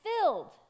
filled